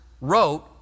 wrote